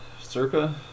Circa